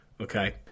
Okay